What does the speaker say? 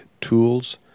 tools